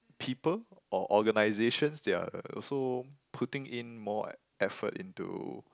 people or organizations they are uh also putting in more effort into